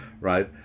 right